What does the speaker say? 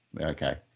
okay